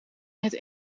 het